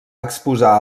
exposar